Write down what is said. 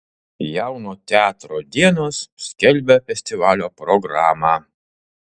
jauno teatro dienos skelbia festivalio programą